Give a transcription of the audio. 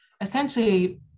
essentially